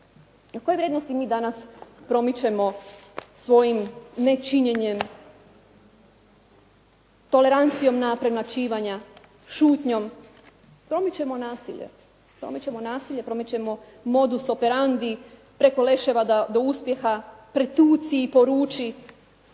Koje vrijednosti mi danas promičemo svojim nečinjenjem, tolerancijom na premlaćivanja, šutnjom? Promičemo nasilje, promičemo modus operandi preko leševa do uspjeha, pretuci i poruči,